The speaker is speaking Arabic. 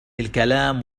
الكلام